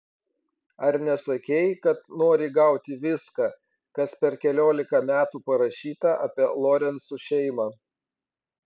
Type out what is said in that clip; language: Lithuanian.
ar nesakei kad nori gauti viską kas per keliolika metų parašyta apie lorencų šeimą